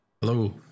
Hello